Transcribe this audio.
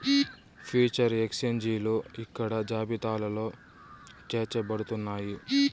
future ఎక్స్చేంజిలు ఇక్కడ జాబితాలో చేర్చబడుతున్నాయి